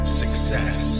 success